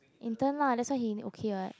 intern lah that's why he in okay [what]